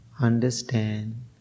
understand